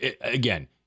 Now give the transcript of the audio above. again